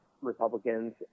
Republicans